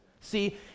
See